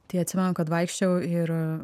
tai atsimenu kad vaikščiojau ir